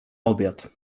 obiad